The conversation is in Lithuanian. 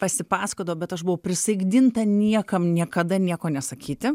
pasipasakodavo bet aš buvau prisaikdinta niekam niekada nieko nesakyti